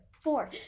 four